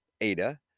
Ada